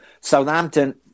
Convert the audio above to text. Southampton